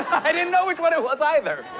i didn't know which one it was either.